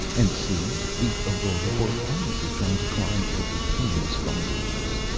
and see! the aurora borealis is trying to climb over pain's fire-works.